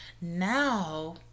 Now